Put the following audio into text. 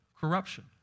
corruption